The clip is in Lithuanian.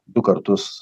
du kartus